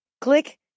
Click